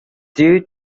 due